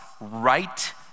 right